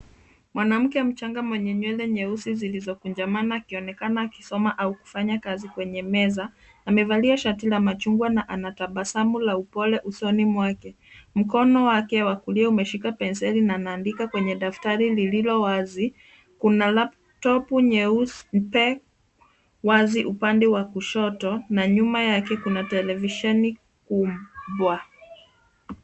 Mwanamke mchanga mwenye nywele nyeusi zilizokunjamana akionekana akisoma au kufanya kazi kwenye meza. Amevalia shati la machungwa na anatabasamu la upole usoni mwake. Mkono wake wa kulia umeshika penseli na naandika kwenye daftari lililo wazi. Kuna laputopu nyeupe wazi upande wa kushoto na nyuma yake kuna televisheni kubwa.